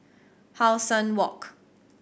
How Sun Walk